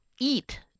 Eat